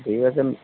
ঠিক আছে